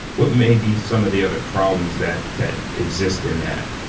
what may be some of the other problems that that exist in that?